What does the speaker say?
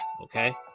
Okay